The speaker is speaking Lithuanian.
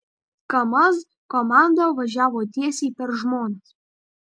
kamaz komanda važiavo tiesiai per žmones